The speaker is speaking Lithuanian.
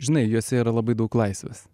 žinai juose yra labai daug laisvės